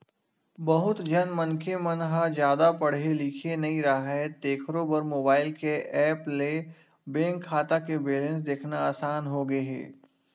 बहुत झन मनखे मन ह जादा पड़हे लिखे नइ राहय तेखरो बर मोबईल के ऐप ले बेंक खाता के बेलेंस देखना असान होगे हे